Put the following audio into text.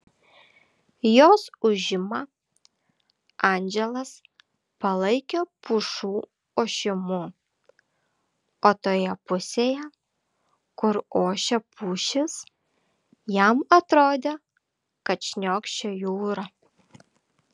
jos ūžimą andželas palaikė pušų ošimu o toje pusėje kur ošė pušys jam atrodė kad šniokščia jūra